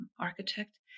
architect